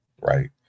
right